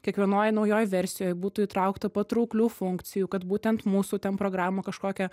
kiekvienoj naujoj versijoj būtų įtraukta patrauklių funkcijų kad būtent mūsų ten programą kažkokią